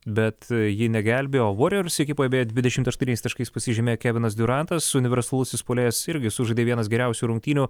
bet ji negelbėjo vorijors ekipoj beje dvidešimt aštuoniais taškais pasižymėjo kevinas diurantas universalusis puolėjas irgi sužaidė vienas geriausių rungtynių